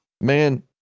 Man